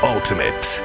Ultimate